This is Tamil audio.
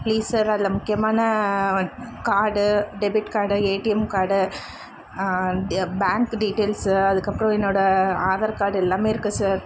ப்ளீஸ் சார் அதில் முக்கியமான card debit card ATM card என் பேங்க்கு டீட்டியல்ஸு அதுக்கப்புறம் என்னோடய ஆதார் கார்டு எல்லாமே இருக்குது சார்